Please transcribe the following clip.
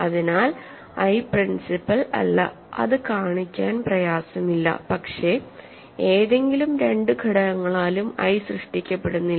അതിനാൽ I principal അല്ല അത് കാണിക്കാൻ പ്രയാസമില്ല പക്ഷേ ഏതെങ്കിലും 2 ഘടകങ്ങളാലും ഐ സൃഷ്ടിക്കപ്പെടുന്നില്ല